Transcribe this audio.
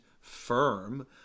firm